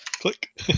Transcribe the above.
Click